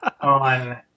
on